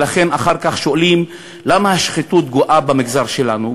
ולכן אחר כך שואלים למה השחיתות גואה במגזר שלנו,